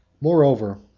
Moreover